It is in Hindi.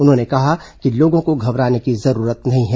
उन्होंने कहा कि लोगों को घबराने की जरूरत नहीं है